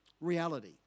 reality